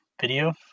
video